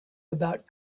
about